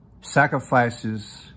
Sacrifices